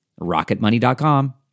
rocketmoney.com